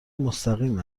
مستقیم